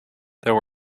there